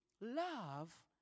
love